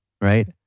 Right